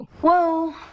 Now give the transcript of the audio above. Whoa